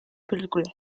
películas